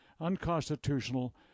unconstitutional